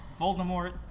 Voldemort